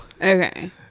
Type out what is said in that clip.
Okay